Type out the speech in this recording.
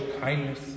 kindness